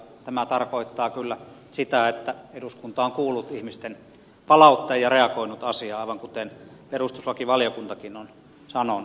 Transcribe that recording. tämä tarkoittaa kyllä sitä että eduskunta on kuullut ihmisten palautetta ja reagoinut asiaan aivan kuten perustuslakivaliokuntakin on sanonut